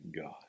God